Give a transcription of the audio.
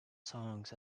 songs